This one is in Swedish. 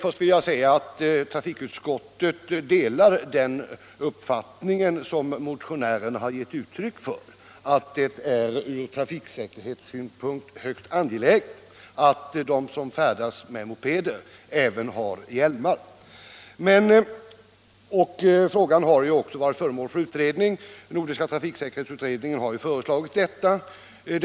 Tra = Vissa föreskrifter fikutskottet delar den uppfattning som motionärerna har givit uttryck = för mopedister, för, nämligen att det från trafiksäkerhetssynpunkt är högst angeläget att — m.m. de som färdas med moped har hjälm. Frågan har varit föremål för utredning. Nordiska trafiksäkerhetsrådet har behandlat detta ämne.